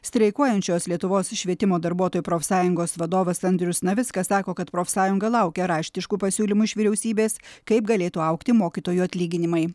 streikuojančios lietuvos švietimo darbuotojų profsąjungos vadovas andrius navickas sako kad profsąjunga laukia raštiškų pasiūlymų iš vyriausybės kaip galėtų augti mokytojų atlyginimai